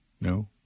No